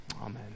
Amen